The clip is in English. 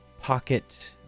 pocket